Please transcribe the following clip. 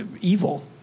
evil